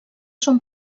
són